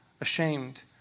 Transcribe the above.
ashamed